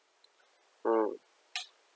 mm